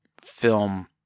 film